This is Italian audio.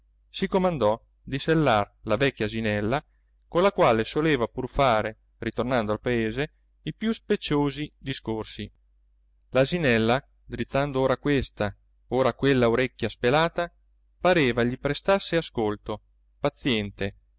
si comandò di sellar la vecchia asinella con la quale soleva pur fare ritornando al paese i più speciosi discorsi l'asinella drizzando ora questa ora quella orecchia spelata pareva gli prestasse ascolto paziente